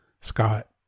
Scott